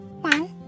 One